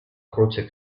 croce